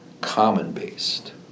common-based